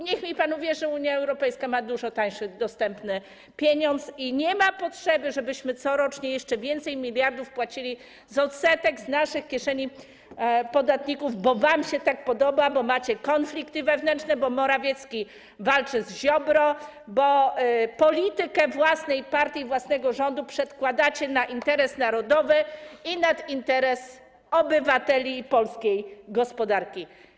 Niech mi pan uwierzy, Unia Europejska ma dużo tańszy dostępny pieniądz i nie ma potrzeby, żebyśmy corocznie jeszcze więcej miliardów płacili z powodu odsetek, płacili z naszych kieszeni, kieszeni podatników, bo wam się tak podoba, bo macie konflikty wewnętrzne, bo Morawiecki walczy z Ziobrą, bo politykę własnej partii i własnego rządu przedkładacie nad interes narodowy, interes obywateli i polskiej gospodarki.